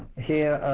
here,